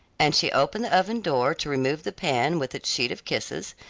and she opened the oven door to remove the pan with its sheet of kisses,